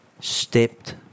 stepped